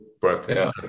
Birthday